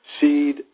SEED